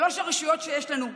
שלוש הרשויות שיש לנו,